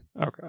okay